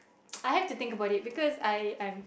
I have to think about it because I I'm